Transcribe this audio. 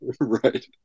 Right